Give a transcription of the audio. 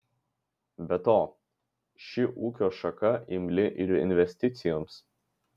be to ši ūkio šaka imli ir investicijoms